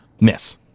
miss